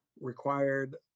required